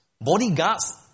bodyguards